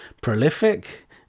prolific